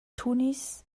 tunis